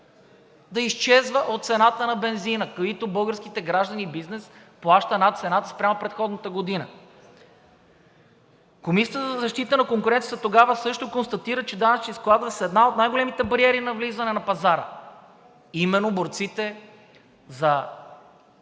да изчезва от цената на бензина, който българските граждани и бизнес плащат над цената спрямо предходната година. Комисията за защита на конкуренцията тогава също констатира, че данъчните складове са една от най-големите бариери за навлизане на пазара. Именно борците за